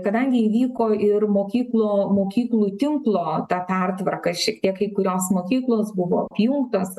kadangi įvyko ir mokyklo mokyklų tinklo ta pertvarka šiek tiek kai kurios mokyklos buvo apjungtos